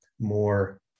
more